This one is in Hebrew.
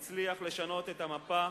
הצליח לשנות את המפה